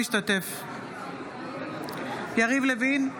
משתתף בהצבעה יריב לוין,